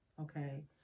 okay